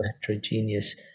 heterogeneous